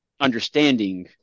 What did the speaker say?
understanding